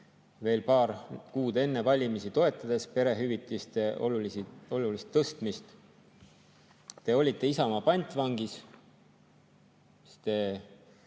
paar kuud enne valimisi, toetades perehüvitiste olulist tõstmist, te olite Isamaa pantvangis,